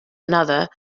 another